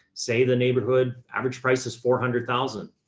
say the neighborhood average price is four hundred thousand.